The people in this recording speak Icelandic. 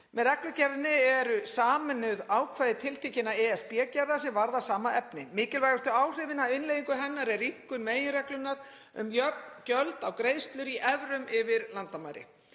Með reglugerðinni eru sameinuð ákvæði tiltekinna ESB-gerða sem varða sama efni. Mikilvægustu áhrifin af innleiðingu hennar er rýmkun meginreglunnar um jöfn gjöld á greiðslur í evrum yfir landamæri.